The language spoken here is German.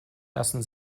lassen